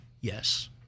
yes